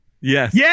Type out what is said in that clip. Yes